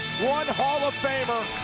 one hall of famer,